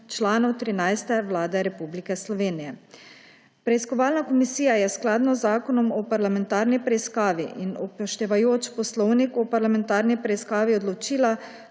članov 13. vlade Republike Slovenije. Preiskovalna komisija je skladno z zakonom o parlamentarni preiskavi in upoštevajoč Poslovnik o parlamentarni preiskavi odločila,